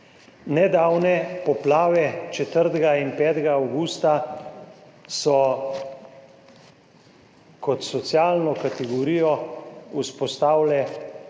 Nedavne poplave 4. in 5. avgusta so kot socialno kategorijo vzpostavile